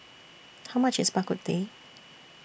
How much IS Bak Kut Teh